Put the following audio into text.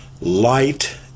light